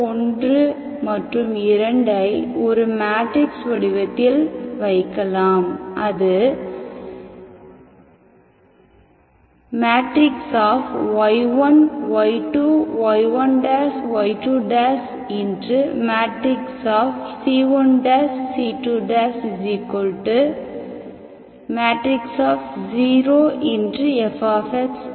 1 2 ஐ ஒரு மேட்ரிக்ஸ் வடிவத்தில் வைக்கலாம் அது y1 y2 y1 y2 c1 c2 0 f ஆகும்